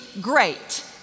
great